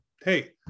hey